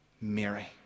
Mary